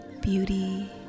beauty